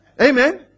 Amen